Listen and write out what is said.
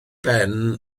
ben